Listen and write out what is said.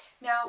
Now